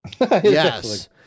Yes